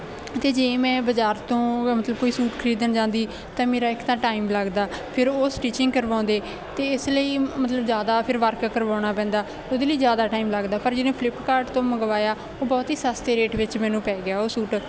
ਅਤੇ ਜੇ ਮੈਂ ਬਜ਼ਾਰ ਤੋਂ ਮਤਲਬ ਕੋਈ ਸੂਟ ਖਰੀਦਣ ਜਾਂਦੀ ਤਾਂ ਮੇਰਾ ਇੱਕ ਤਾਂ ਟਾਈਮ ਲੱਗਦਾ ਫਿਰ ਉਹ ਸਟਿਚਿੰਗ ਕਰਵਾਉਂਦੇ ਅਤੇ ਇਸ ਲਈ ਮਤਲਬ ਜ਼ਿਆਦਾ ਫਿਰ ਵਰਕ ਕਰਵਾਉਣਾ ਪੈਂਦਾ ਉਹਦੇ ਲਈ ਜ਼ਿਆਦਾ ਟਾਈਮ ਲੱਗਦਾ ਪਰ ਜਿਵੇਂ ਫਲਿੱਪਕਾਰਟ ਤੋਂ ਮੰਗਵਾਇਆ ਉਹ ਬਹੁਤ ਹੀ ਸਸਤੇ ਰੇਟ ਵਿੱਚ ਮੈਨੂੰ ਪੈ ਗਿਆ ਉਹ ਸੂਟ